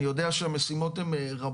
אני יודע שהמשימות הן רבות.